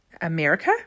America